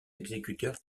exécuteur